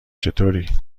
چطوری